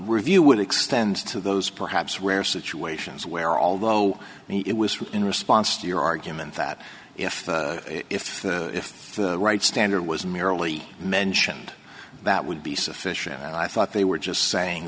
review would extend to those perhaps rare situations where although it was in response to your argument that if if if the right standard was merely mentioned that would be sufficient and i thought they were just saying